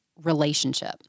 relationship